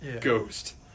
Ghost